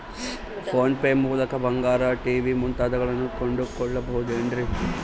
Phone pay ಮೂಲಕ ಬಂಗಾರ, TV ಮುಂತಾದವುಗಳನ್ನ ಕೊಂಡು ಕೊಳ್ಳಬಹುದೇನ್ರಿ?